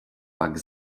pak